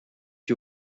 you